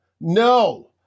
no